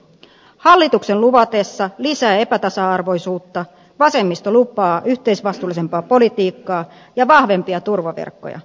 hallituksen luvatessa lisää epätasa arvoisuutta vasemmisto lupaa yhteisvastuullisempaa politiikkaa ja vahvempia turvaverkkoja